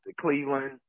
Cleveland